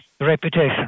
reputation